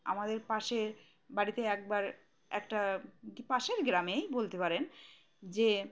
আমাদের পাশের বাড়িতে একবার একটা কি পাশের গ্রামেই বলতে পারেন যে